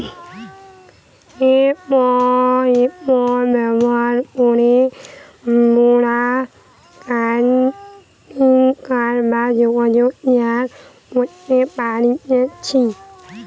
app ব্যবহার করে মোরা কন্টাক্ট বা যোগাযোগ শেয়ার করতে পারতেছি